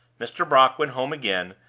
mr. brock went home again,